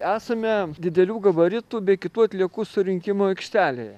esame didelių gabaritų bei kitų atliekų surinkimo aikštelėje